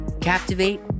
captivate